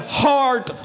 heart